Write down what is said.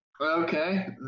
Okay